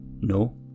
No